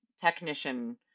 technician